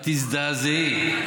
את תזדעזעי.